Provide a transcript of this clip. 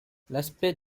l’aspect